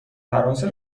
فرانسه